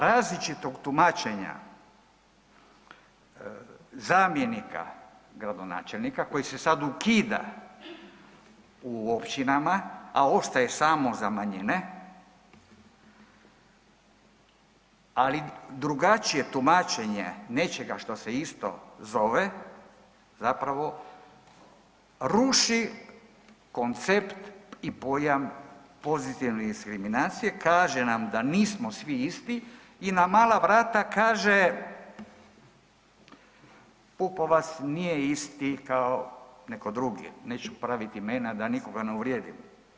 Uvođenje različitog tumačenja zamjenika gradonačelnika koji se sad ukida u općinama, a ostaje samo za manjine, ali drugačije tumačenje nečega što se isto zove zapravo ruši koncept i pojam pozitivne diskriminacije kaže nam da nismo svi isti i na mala vrata kaže Pupovac nije isti kao neko drugi, neću pravit imena da nikoga ne uvrijedim.